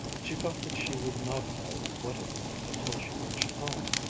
she felt that she would not know what it meant until she reached home.